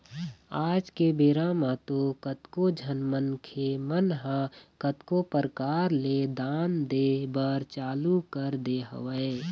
आज के बेरा म तो कतको झन मनखे मन ह कतको परकार ले दान दे बर चालू कर दे हवय